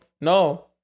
No